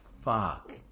fuck